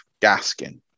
Gaskin